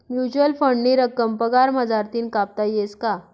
Mutual फंडनी रक्कम पगार मझारतीन कापता येस का?